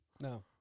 No